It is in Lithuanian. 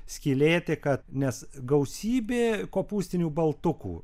skylėti kad nes gausybė kopūstinių baltukų